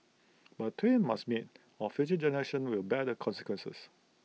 but twain must meet or future generations will bear the consequences